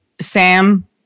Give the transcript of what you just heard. Sam